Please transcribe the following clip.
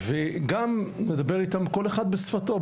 וגם נדבר איתם כל אחד משפתו,